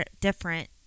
different